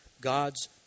God's